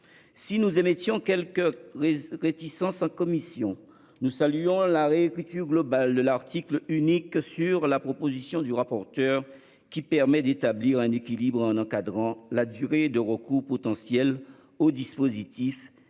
Si nous émettions quelques réserves en commission, nous saluons la réécriture globale de l'article unique sur la proposition du rapporteur, qui permet d'établir un équilibre en encadrant la durée potentielle de recours